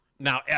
Now